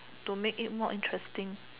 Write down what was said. to make it more interesting